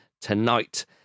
tonight